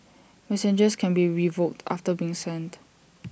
messages can be revoked after being sent